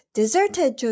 deserted